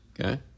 okay